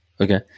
okay